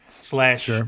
slash